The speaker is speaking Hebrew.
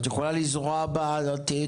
את יכולה לזרוע בה תיעדוף.